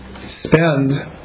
spend